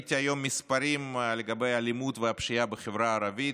ראיתי היום מספרים לגבי אלימות והפשיעה בחברה הערבית.